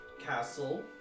castle